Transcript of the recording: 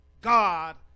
God